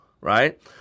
right